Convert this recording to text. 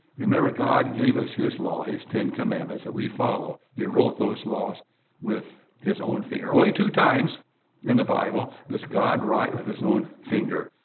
remember, god gave us his law, his ten commandments that we follow. he wrote those laws with his own finger. only two times in the bible does god write with his own finger.